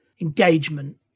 engagement